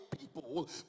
people